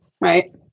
right